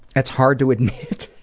that's hard to admit,